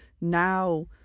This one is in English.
Now